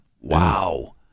Wow